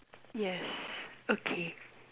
yes okay